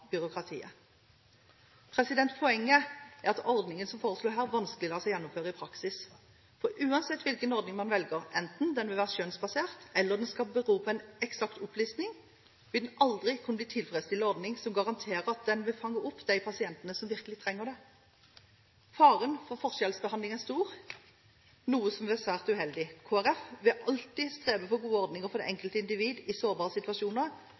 byråkratiet. Poenget er at ordningen som foreslås her, vanskelig lar seg gjennomføre i praksis. For uansett hvilken ordning man velger, enten den er skjønnsbasert eller den beror på en eksakt opplisting, vil den aldri kunne bli en tilfredsstillende ordning som garanterer at den vil fange opp de pasientene som virkelig trenger det. Faren for forskjellsbehandling er stor, noe som er svært uheldig. Kristelig Folkeparti vil alltid strebe etter gode ordninger for det enkelte individ i sårbare situasjoner,